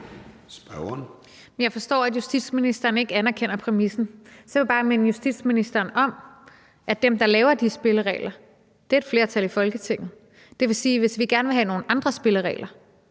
Jeg forstår, at justitsministeren ikke anerkender præmissen. Så vil jeg bare minde justitsministeren om, at dem, der laver de spilleregler, er et flertal i Folketinget. Det vil sige, at hvis vi gerne vil have nogle andre spilleregler,